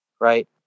right